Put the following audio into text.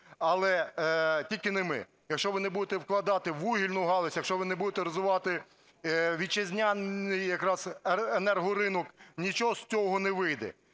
але тільки не ми. Якщо ви не будете вкладати у вугільну галузь, якщо ви не будете розвивати вітчизняний якраз енергоринок, нічого з цього не вийде.